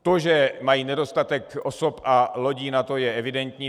To, že mají nedostatek osob a lodí, je evidentní.